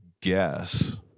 guess